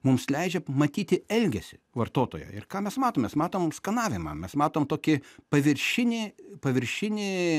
mums leidžia matyti elgesį vartotojo ir ką mes matom mes matom skanavimą mes matom tokį paviršinį paviršinį